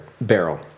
Barrel